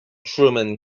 truman